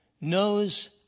knows